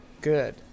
Good